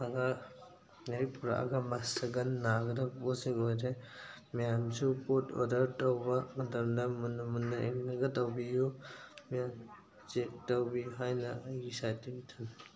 ꯑꯉꯥꯡ ꯂꯥꯏꯔꯤꯛ ꯄꯨꯔꯛꯑꯒ ꯃꯁꯒꯟ ꯅꯥꯒꯗꯕ ꯄꯣꯠꯁꯤ ꯑꯣꯏꯔꯦ ꯃꯌꯥꯝꯁꯨ ꯄꯣꯠ ꯑꯣꯗꯔ ꯇꯧꯕ ꯃꯇꯝꯗ ꯃꯨꯟꯅ ꯃꯨꯟꯅ ꯌꯦꯡꯉꯒ ꯇꯧꯕꯤꯌꯨ ꯃꯌꯥꯝ ꯆꯦꯛ ꯇꯧꯕꯤꯌꯨ ꯍꯥꯏꯅ ꯑꯩꯒꯤ ꯁꯥꯏꯗꯇꯒꯤ ꯊꯝꯖꯔꯤ